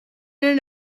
earn